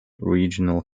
regional